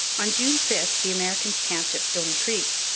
on june five the americans camped at stoney creek,